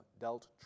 dealt